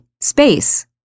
space